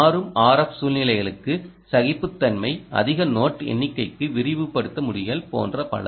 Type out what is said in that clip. மாறும் RF சூழ்நிலைகளுக்கு சகிப்புத்தன்மை அதிக நோட் எண்ணிக்கைக்கு விரிவுபடுத்த முடிதல் போன்ற பல